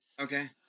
Okay